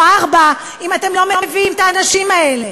ארבע אם אתם לא מביאים את האנשים האלה?